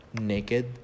naked